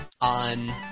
on